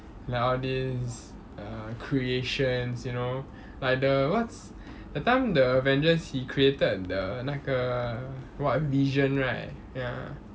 all these err creations you know like the what's that time the avengers he created the 那个 what vision right ya